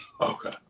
Okay